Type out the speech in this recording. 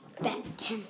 bet